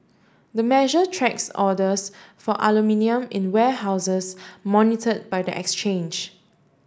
the measure tracks orders for aluminium in warehouses monitored by the exchange